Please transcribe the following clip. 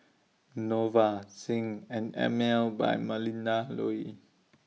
Nova Zinc and Emel By Melinda Looi